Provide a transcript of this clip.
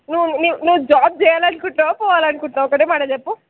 ను ను నువ్వు జాబ్ చెయ్యాలనుకుంటున్నావా పోవాలనుకుంటున్నావా ఒక్కటే మాట చెప్పు